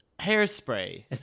Hairspray